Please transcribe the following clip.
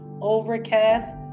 Overcast